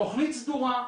תכנית סדורה.